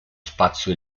spazio